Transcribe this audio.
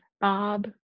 Bob